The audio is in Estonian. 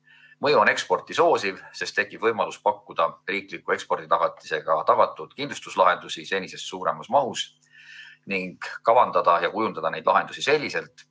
Mõju on eksporti soosiv, sest tekib võimalus pakkuda riikliku eksporditagatisega tagatud kindlustuslahendusi senisest suuremas mahus ning kavandada ja kujundada neid lahendusi selliselt,